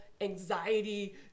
anxiety